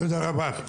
תודה רבה.